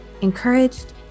encouraged